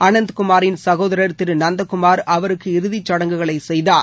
அனந்தகுமாரின் சகோதரர் திரு நந்தகுமார் அவருக்கு இறுதி சடங்குகளை செய்தார்